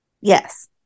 yes